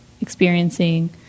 experiencing